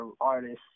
artists